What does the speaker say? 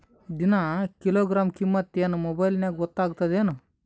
ದಿನಾ ಕಿಲೋಗ್ರಾಂ ಕಿಮ್ಮತ್ ಏನ್ ಮೊಬೈಲ್ ನ್ಯಾಗ ಗೊತ್ತಾಗತ್ತದೇನು?